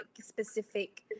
specific